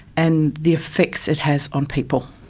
and the effects it has on people.